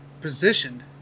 positioned